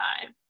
time